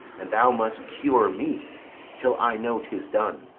and thou must cure me till i know tis done,